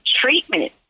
treatment